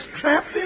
trapped